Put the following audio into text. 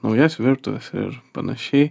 naujas virtuves ir panašiai